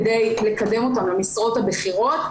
כדי לקדם אותן למשרות הבכירות.